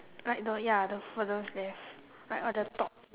like the ya the furthest left like on the top